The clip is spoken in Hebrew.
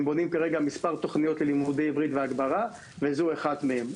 הם בונים כרגע מספר תוכניות ללימודי עברית והגברה וזו אחת מהן.